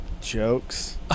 jokes